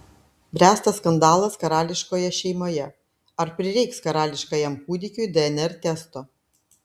bręsta skandalas karališkoje šeimoje ar prireiks karališkajam kūdikiui dnr testo